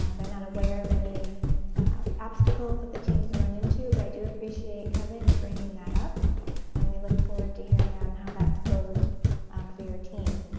ah they're not aware of any obstacles that the teams run into but i do appreciate. kevin you bringing that up and we look forward to hearing on how that goes um for your team